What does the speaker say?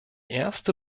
erste